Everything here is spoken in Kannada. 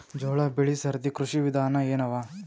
ಜೋಳ ಬೆಳಿ ಸರದಿ ಕೃಷಿ ವಿಧಾನ ಎನವ?